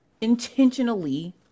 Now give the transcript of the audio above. intentionally